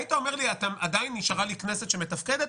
היית אומר לי: עדיין נשארה לי כנסת מתפקדת?